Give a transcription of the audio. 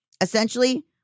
Essentially